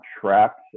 trapped